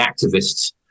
activists